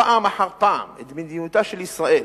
פעם אחר פעם, את מדיניותה של ישראל,